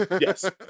Yes